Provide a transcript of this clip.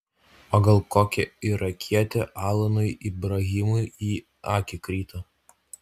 o gal kokia irakietė alanui ibrahimui į akį krito